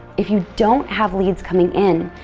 if you don't have leads coming in,